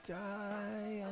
die